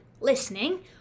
listening